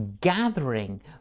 gathering